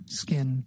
skin